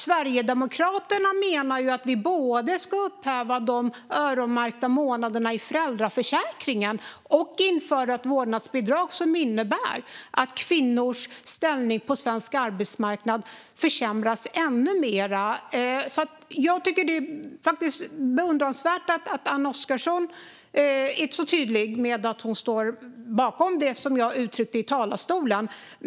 Sverigedemokraterna vill ju både upphäva de öronmärkta månaderna i föräldraförsäkringen och införa ett vårdnadsbidrag som innebär att kvinnors ställning på svensk arbetsmarknad försämras ännu mer. Det är beundransvärt att Anne Oskarsson är så tydlig med att hon står bakom det jag uttryckte i talarstolen.